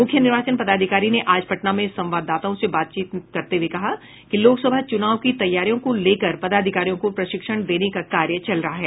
मुख्य निर्वाचन पदाधिकारी ने आज पटना में संवाददाताओं से बातचीत करते हुये कहा कि लोकसभा चुनाव की तैयारियों को लेकर पदाधिकारियों को प्रशिक्षण देने का कार्य चल रहा है